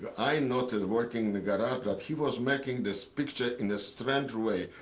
i noticed, working in the garage, that he was making this picture in a strange way.